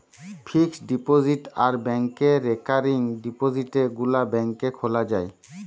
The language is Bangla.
ফিক্সড ডিপোজিট আর ব্যাংকে রেকারিং ডিপোজিটে গুলা ব্যাংকে খোলা যায়